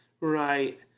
Right